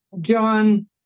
John